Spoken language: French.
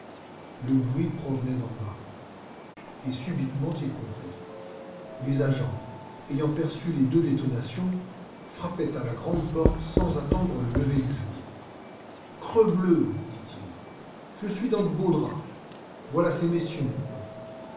le bruit provenait d'en bas et subitement il comprit les agents ayant perçu les deux détonations frappaient à la grande porte sans attendre le lever du jour crebleu dit-il je suis dans de beaux draps voilà ces messieurs maintenant